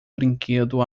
brinquedo